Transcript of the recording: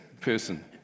person